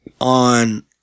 on